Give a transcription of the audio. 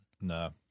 No